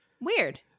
Weird